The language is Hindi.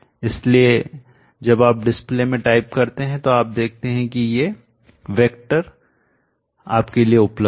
इसलिए जब आप डिस्प्ले में टाइप करते हैं तो आप देखते हैं कि ये वैक्टर आपके लिए उपलब्ध हैं